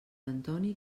antoni